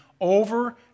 over